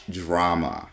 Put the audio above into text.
drama